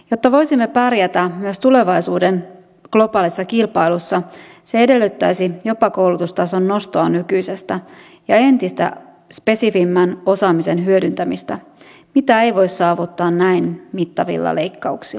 jotta voisimme pärjätä myös tulevaisuuden globaalissa kilpailussa se edellyttäisi jopa koulutustason nostoa nykyisestä ja entistä spesifimmän osaamisen hyödyntämistä mitä ei voi saavuttaa näin mittavilla leikkauksilla